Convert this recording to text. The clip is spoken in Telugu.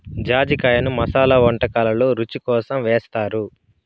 జాజికాయను మసాలా వంటకాలల్లో రుచి కోసం ఏస్తారు